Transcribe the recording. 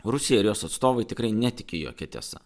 rusija ir jos atstovai tikrai netiki jokia tiesa